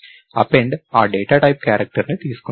append ఆ data type క్యారెక్టర్ని తీసుకుంటుంది